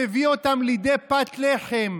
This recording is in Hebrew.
מביא אותם לידי פת לחם,